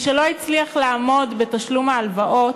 משלא הצליח לעמוד בתשלום ההלוואות,